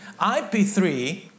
IP3